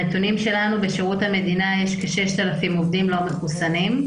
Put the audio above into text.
בשירות המדינה יש כ-6,000 עובדים לא מחוסנים,